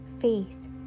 Faith